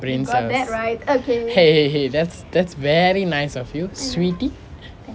brain cells !hey! !hey! !hey! that's that's very nice of you sweetie